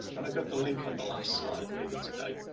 and i got the link on the last slide later today.